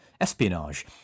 espionage